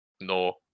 no